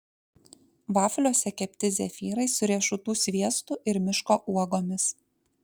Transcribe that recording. vafliuose kepti zefyrai su riešutų sviestu ir miško uogomis